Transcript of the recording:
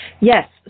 Yes